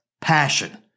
passion